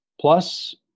Plus